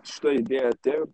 šitą idėja atėjo